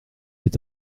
est